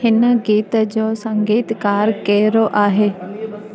हिन गीत जो संगीतकारु कहिड़ो आहे